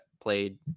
played